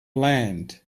land